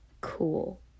cool